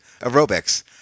aerobics